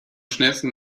schnellsten